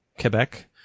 Quebec